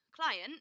client